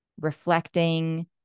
reflecting